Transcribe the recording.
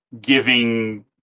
giving